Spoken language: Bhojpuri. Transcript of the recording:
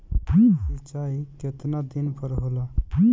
सिंचाई केतना दिन पर होला?